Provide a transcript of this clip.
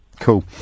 Cool